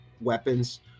weapons